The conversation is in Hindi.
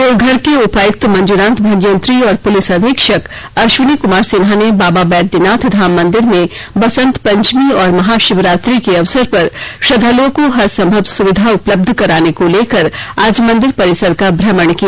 देवघर के उपायुक्त मंजूनाथ भजंत्री और पुलिस अधीक्षक अश्वनी कुमार सिन्हा ने बाबा बैद्यनाथधाम मंदिर में बसंत पंचमी और महाशिवरात्रि के अवसर पर श्रद्धालुओं को हर संभव सुविधा उपलब्ध कराने को लेकर आज मंदिर परिसर का भ्रमण किया